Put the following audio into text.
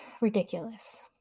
ridiculous